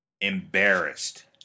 embarrassed